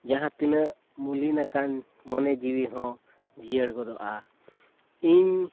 ᱡᱟᱦᱟᱸ ᱛᱤᱱᱟᱹᱜ ᱢᱩᱞᱤᱱᱟᱠᱟᱱ ᱢᱚᱱᱮᱼᱡᱤᱣᱤᱦᱚᱸ ᱡᱤᱭᱟᱹᱲ ᱜᱚᱫᱚᱜᱼᱟ ᱤᱧ